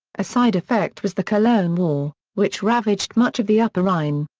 a side effect was the cologne war, which ravaged much of the upper rhine.